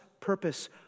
purpose